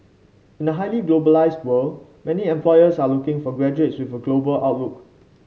in a highly globalised world many employers are looking for graduates with a global outlook